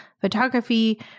photography